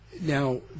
Now